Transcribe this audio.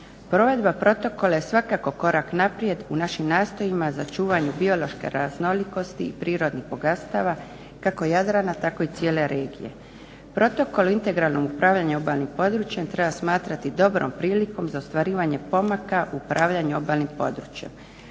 Provedba protokola je svakako korak naprijed u našim nastojanjima za čuvanje biološke raznolikosti i prirodnih bogatstava kako Jadrana tako i cijele regije. Protokol integralnim upravljanjem obalnim područjem treba smatrati dobrom prilikom za ostvarivanje pomaka u upravljanju obalnim područjem.